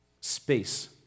space